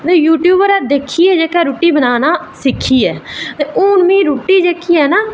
ते यूट्यूब परा रुट्टी बनाना दिक्खियै सिक्खी ऐ ते हून में रुट्टी जेह्की ऐ